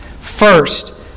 First